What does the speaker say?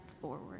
forward